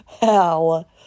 Hell